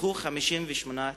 נפתחו 58 תיקים.